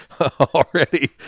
already